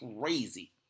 crazy